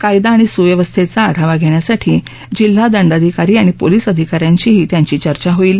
कायदा आणि सुव्यवस्थेचा आढावा घेण्यासाठी जिल्हा दंडाधिकारी आणि पोलिस अधिक्षकांशीही त्यांची चर्चा होईल